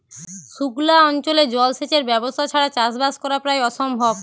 সুক্লা অঞ্চলে জল সেচের ব্যবস্থা ছাড়া চাষবাস করা প্রায় অসম্ভব